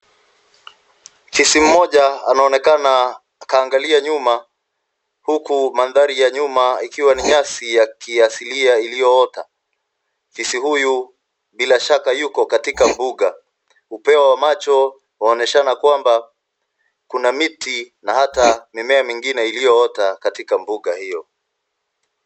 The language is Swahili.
Fisi mmoja anaonekana kaangalia nyuma huku mandhari ya nyuma ikiwa ni nyasi ya kiasilia iliyoota. Fisi huyu bila shaka yuko katika mbuga. Upeo wa macho waonyeshana kwamba kuna miti na hata mimea mingine iliyoota katika mbuga hiyo.